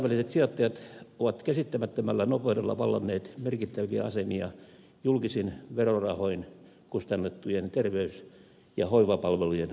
kansainväliset sijoittajat ovat käsittämättömällä nopeudella vallanneet merkittäviä asemia julkisin verorahoin kustannettujen terveys ja hoivapalvelujen tuottamisessa